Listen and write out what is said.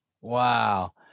Wow